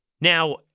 Now